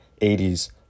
80s